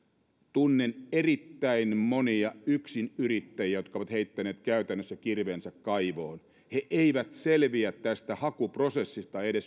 tunnen erittäin monia yksinyrittäjiä jotka ovat heittäneet käytännössä kirveensä kaivoon he eivät selviä edes tästä hakuprosessista